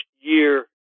year